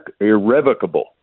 irrevocable